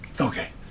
Okay